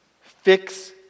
fix